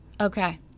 Okay